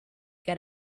got